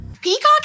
Peacock